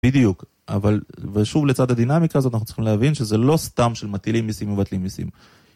בדיוק, אבל ושוב לצד הדינמיקה הזאת, אנחנו צריכים להבין שזה לא סתם של מטילים מיסים מבטלים מיסים.